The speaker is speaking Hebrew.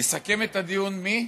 יסכם את הדיון מי?